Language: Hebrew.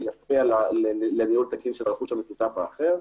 שיפריע לניהול תקין של הרכוש המשותף האחר.